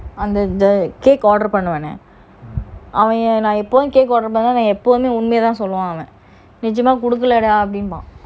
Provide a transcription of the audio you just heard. அந்த அந்த:antha antha cake order பனுவனே அவன் நான் எப்போதும்:panuvaney avan naan epothum cake order பண்ணும்போது உண்மையா தான் சொல்லுவான் நிஜமா குடுக்கலடான்னு சொல்லுவான்:panumbothu unmaya thaan soluvan nejama kudukaladanu soluvan